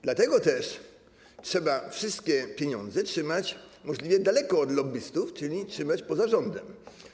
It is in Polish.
Dlatego też trzeba wszystkie pieniądze trzymać możliwie daleko od lobbystów, czyli trzymać poza rządem.